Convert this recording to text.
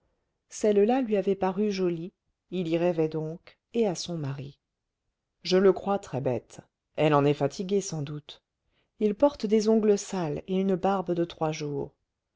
celle-là lui avait paru jolie il y rêvait donc et à son mari je le crois très bête elle en est fatiguée sans doute il porte des ongles sales et une barbe de trois jours